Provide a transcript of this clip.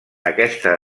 aquesta